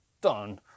Done